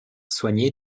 soigner